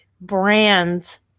brands